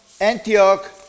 Antioch